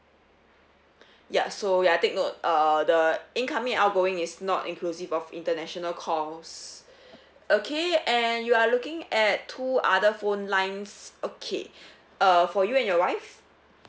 ya so ya take note uh the incoming outgoing is not inclusive of international calls okay and you are looking at two other phone lines okay uh for you and your wife